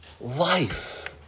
life